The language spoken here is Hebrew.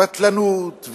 ועל בטלנות,